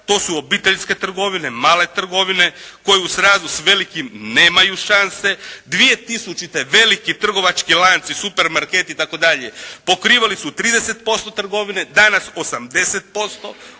To su obiteljske trgovine, male trgovine koje u srazu s velikim nemaju šanse. 2000. veliki trgovački lanci, supermarketi itd., pokrivali su 30% trgovine. Danas 80%.